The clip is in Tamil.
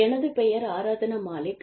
எனது பெயர் ஆரத்னா மாலிக்